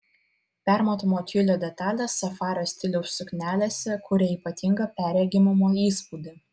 permatomo tiulio detalės safario stiliaus suknelėse kuria ypatingą perregimumo įspūdį